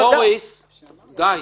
מוריס די.